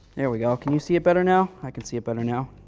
there we go. can you see it better now? i can see it better now.